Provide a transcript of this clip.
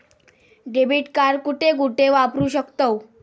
Debit card कुठे कुठे वापरू शकतव?